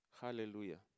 Hallelujah